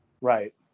right